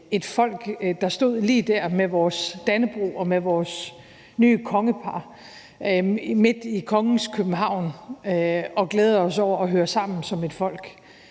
et folk, der stod lige der med vores dannebrog og med vores nye kongepar midt i Kongens København og glædede os over at høre sammen som et folk.